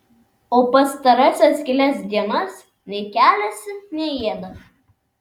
o pastarąsias kelias dienas nei keliasi nei ėda